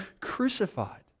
crucified